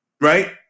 right